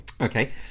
Okay